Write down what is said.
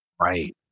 Right